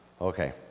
okay